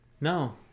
No